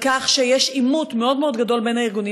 כך שיש עימות מאוד מאוד גדול בין הארגונים,